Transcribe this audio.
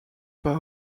par